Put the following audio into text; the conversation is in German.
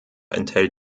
enthält